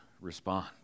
respond